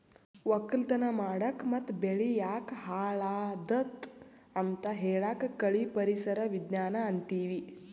ವಕ್ಕಲತನ್ ಮಾಡಕ್ ಮತ್ತ್ ಬೆಳಿ ಯಾಕ್ ಹಾಳಾದತ್ ಅಂತ್ ಹೇಳಾಕ್ ಕಳಿ ಪರಿಸರ್ ವಿಜ್ಞಾನ್ ಅಂತೀವಿ